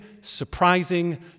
surprising